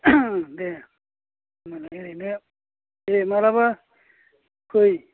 दे होमबालाय ओरैनो दे मालाबा फै